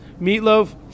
Meatloaf